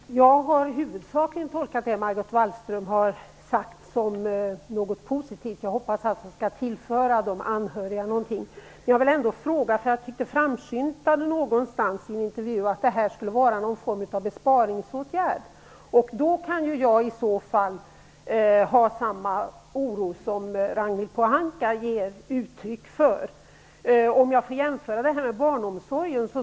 Fru talman! Jag har huvudsakligen tolkat det som Margot Wallström har sagt som något positivt. Jag hoppas att det skall tillföra de anhöriga någonting. Men jag tyckte att det i någon intervju framskymtade att detta skulle vara någon form av besparingsåtgärd. I så fall kan jag känna samma oro som Ragnhild Pohanka ger uttryck för. Jag kan här göra en jämförelse med barnomsorgen.